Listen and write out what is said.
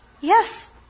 Yes